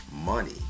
money